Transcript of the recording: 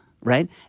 right